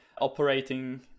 operating